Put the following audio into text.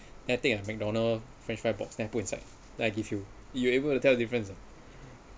I take an McDonald's french fry box then put inside like give you you able to tell the difference